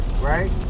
right